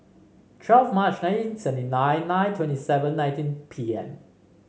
twelve Mar nineteen seventy nine nine twenty seven nineteen pm